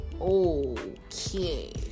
Okay